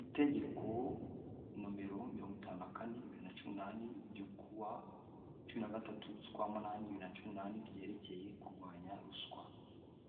Itegeko nomero mirongo itanu na kane bibiri na cumi n'umunani, ryo ku wa cumi na gatatu z'ukwa munani bibiri na cumi n'umunani ryerekeye kurwanya ruswa,